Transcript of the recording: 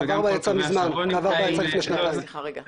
--- גדי סליחה רגע.